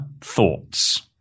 Thoughts